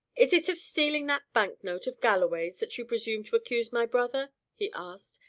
is it of stealing that bank-note of galloway's that you presume to accuse my brother? he asked,